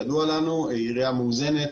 זאת עירייה מאוזנת,